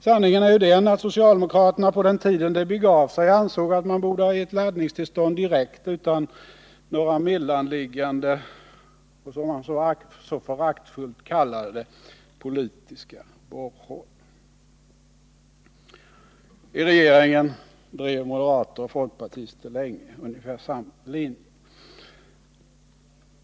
Sanningen är ju den att socialdemokraterna på den tiden det begav sig ansåg att regeringen borde ha gett laddningstillstånd direkt utan några mellanliggande — som de så föraktligt kallade det — politiska borrhål. I regeringen drev moderater och folkpartister länge ungefär samma linje.